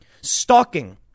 stalking